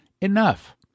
enough